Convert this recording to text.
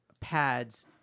pads